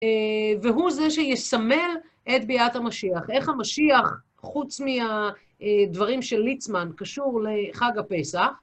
והוא זה שיסמל את ביאת המשיח, איך המשיח, חוץ מהדברים של ליצמן, קשור לחג הפסח.